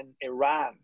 Iran